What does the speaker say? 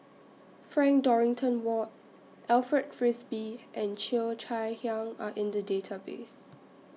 Frank Dorrington Ward Alfred Frisby and Cheo Chai Hiang Are in The Database